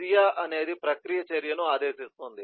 చర్య అనేది ప్రక్రియ చర్యను ఆదేశిస్తుంది